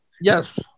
Yes